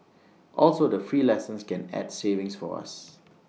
also the free lessons can add savings for us